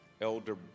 elder